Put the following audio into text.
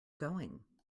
going